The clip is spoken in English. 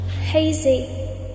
hazy